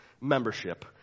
membership